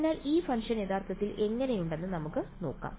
അതിനാൽ ഈ ഫംഗ്ഷൻ യഥാർത്ഥത്തിൽ എങ്ങനെയുണ്ടെന്ന് നമുക്ക് നോക്കാം